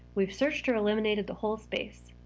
we've searched or eliminated the whole space.